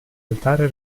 altare